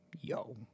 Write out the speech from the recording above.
yo